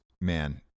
man